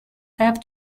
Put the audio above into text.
have